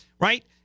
right